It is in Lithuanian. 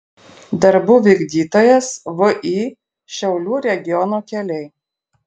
darbų vykdytojas vį šiaulių regiono keliai